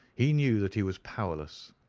he knew that he was powerless.